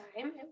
time